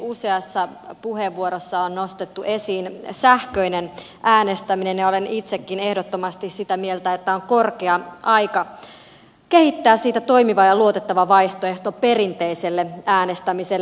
useassa puheenvuorossa on nostettu esiin sähköinen äänestäminen ja olen itsekin ehdottomasti sitä mieltä että on korkea aika kehittää siitä toimiva ja luotettava vaihtoehto perinteiselle äänestämiselle